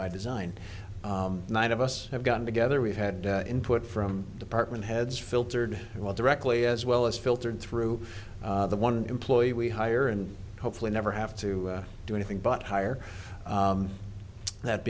by design nine of us have got together we had input from department heads filtered well directly as well as filtered through the one employee we hire and hopefully never have to do anything but hire that